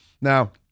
Now